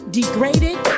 degraded